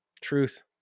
Truth